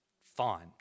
Fine